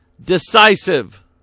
Decisive